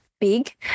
big